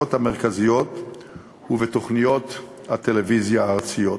המרכזיות ובתוכניות הטלוויזיה הארציות.